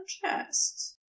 chest